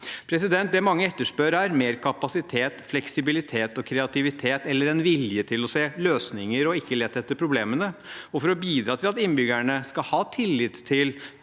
der. Det mange etterspør, er mer kapasitet, fleksibilitet og kreativitet, eller en vilje til å se løsninger og ikke lete etter problemene. For å bidra til at innbyggerne skal ha tillit til